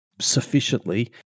sufficiently